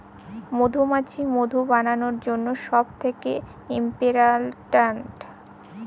মধুমাছি মধু বানানোর জন্য সব থেকে ইম্পোরট্যান্ট